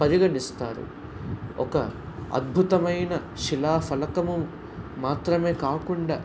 పరిగణిస్తారు ఒక అద్భుతమైన శిలాఫలకము మాత్రమే కాకుండా